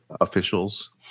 officials